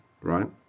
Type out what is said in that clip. right